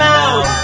out